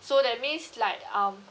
so that means like um